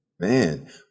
man